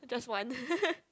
just one